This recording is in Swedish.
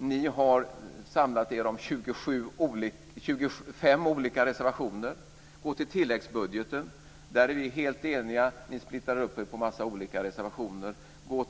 Ni har samlat er om 25 olika reservationer. I tilläggsbudgeten är vi helt eniga. Ni splittrar upp er på en massa olika reservationer.